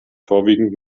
vorwiegend